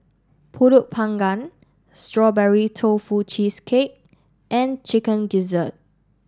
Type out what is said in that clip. Pulut panggang Strawberry Tofu Cheesecake and Chicken Gizzard